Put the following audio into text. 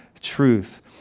truth